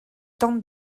tente